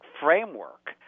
framework